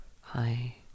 hi